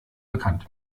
bekannt